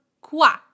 qua